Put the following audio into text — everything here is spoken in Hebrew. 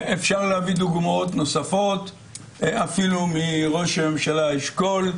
אפשר להביא דוגמאות נוספות אפילו מראש הממשלה אשכול.